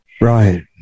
Right